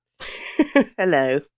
Hello